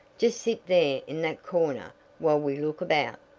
just sit there in that corner while we look about.